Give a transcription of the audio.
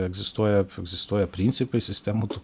egzistuoja egzistuoja principai sistemų tų